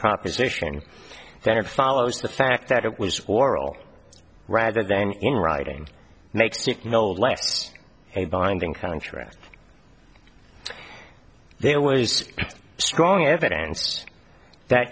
proposition then it follows the fact that it was oral rather than in writing makes a binding contract there was strong evidence that